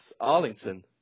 Arlington